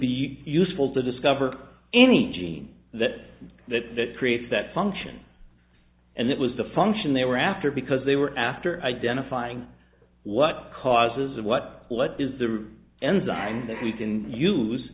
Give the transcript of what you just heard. be useful to discover any gene that that that creates that function and that was the function they were after because they were after identifying what causes what what is the enzyme that we can use